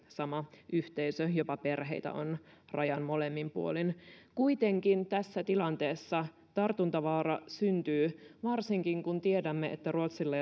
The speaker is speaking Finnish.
sama yhteisö jopa perheitä on rajan molemmin puolin kuitenkin tässä tilanteessa tartuntavaara syntyy varsinkin kun tiedämme että ruotsilla